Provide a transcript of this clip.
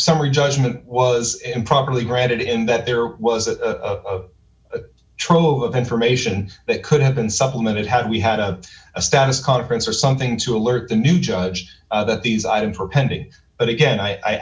summary judgment was improperly granted in that there was a trove of information that could have been supplemented had we had a status conference or something to alert the new judge that these items were pending but again i